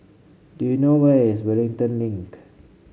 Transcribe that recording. do you know where is Wellington Link